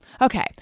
Okay